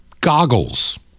goggles